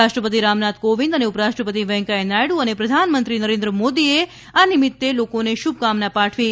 રાષ્ટ્રપતિ રામનાથ કોવિંદ અને ઉપરાષ્ટ્રપતિ વૈકૈયા નાયડુ અને પ્રધાનમંત્રી નરેન્દ્ર મોદીએ આ નિમિત્તે લોકોને શુભકામનાં પાઠવી છે